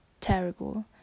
terrible